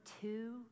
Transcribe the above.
two